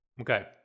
Okay